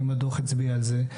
אם הדוח הצביע על זה,